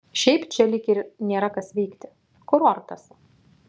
šiaip čia lyg ir nėra kas veikti kurortas